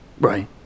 Right